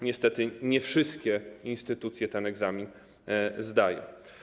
Niestety nie wszystkie instytucje ten egzamin zdają.